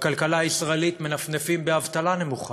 בכלכלה הישראלית מנפנפים באבטלה נמוכה,